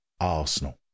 Arsenal